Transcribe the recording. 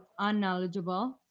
unknowledgeable